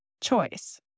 choice